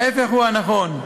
ההפך הוא הנכון.